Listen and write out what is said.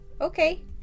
okay